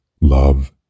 Love